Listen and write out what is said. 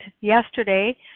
yesterday